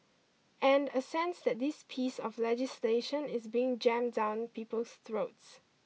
and a sense that this piece of legislation is being jammed down people's throats